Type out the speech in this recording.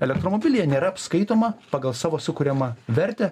elektromobilyje nėra apskaitoma pagal savo sukuriamą vertę